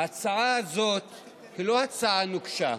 ההצעה הזאת היא לא הצעה נוקשה,